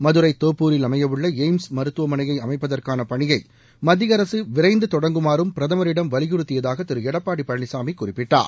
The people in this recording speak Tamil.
மதுரை தோப்பூரில் அமையவுள்ள எய்ம்ஸ் மருத்துவமனையை அமைப்பதற்கான பணியை மத்திய அரசு விரைந்து தொடங்குமாறும் பிரதமரிடம் வலியுறுத்தியதாக திரு எடப்பாடி பழனிசாமி குறிப்பிட்டார்